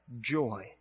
joy